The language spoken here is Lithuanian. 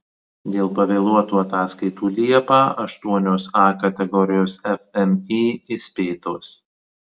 dėl pavėluotų ataskaitų liepą aštuonios a kategorijos fmį įspėtos